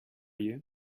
you